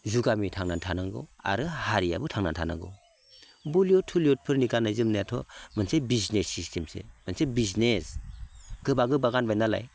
जुगामि थांनानै थानांगौ आरो हारियाबो थांनानै थानांगौ बलिवुद थलिवुदफोरनि गाननाय जोमनायाथ' मोनसे बिजनेस सिस्टेमसो मोनसे बिजनेस गोबा गोबा गानबाय नालाय